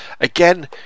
again